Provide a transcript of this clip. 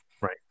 right